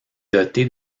dotées